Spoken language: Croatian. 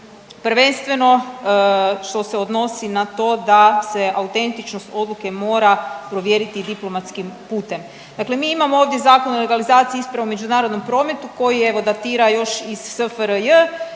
prvenstveno što se odnosi na to da se autentičnost odluke mora provjeriti diplomatskim putem. Dakle, mi imamo ovdje Zakon o legalizaciji isprava u međunarodnom prometu koji evo datira još iz SFRJ